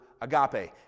agape